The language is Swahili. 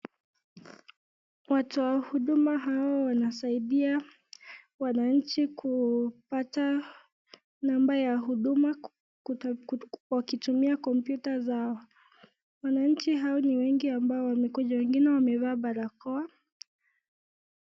Watu wa huduma hao wanasaidia wananchi kupata number ya huduma wakitumia computer zao, wananchi hao ni wengi ambao wamekuja wengine wamevaa barakoa.